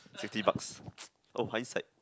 fifty bucks oh hi sack